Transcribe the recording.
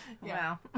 Wow